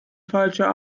falscher